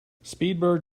speedbird